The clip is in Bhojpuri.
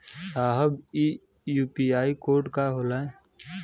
साहब इ यू.पी.आई कोड का होला?